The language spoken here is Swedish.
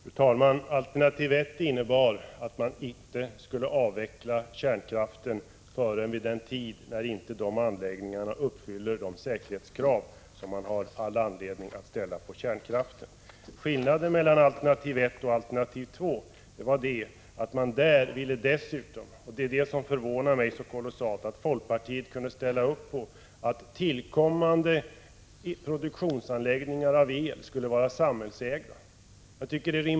Fru talman! Alternativ 1 innebar att man inte skulle avveckla kärnkraften förrän anläggningarna inte uppfyller de säkerhetskrav som man har all anledning att ställa på kärnkraften. Skillnaden mellan alternativ 1 och alternativ 2 var att man i det senare fallet dessutom ville — och det förvånar mig kolossalt att folkpartiet kunde ställa upp på det — att tillkommande anläggningar för produktion av el skulle vara samhällsägda.